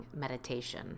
meditation